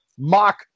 mock